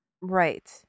Right